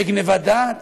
בגנבת דעת?